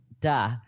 Duh